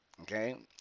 Okay